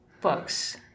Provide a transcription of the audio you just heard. books